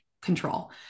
control